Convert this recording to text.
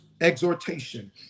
exhortation